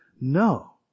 No